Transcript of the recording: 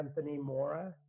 AnthonyMora